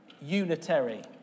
unitary